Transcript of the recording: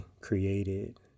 created